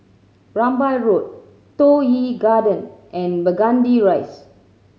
Rambai Road Toh Yi Garden and Burgundy Rise